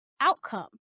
outcome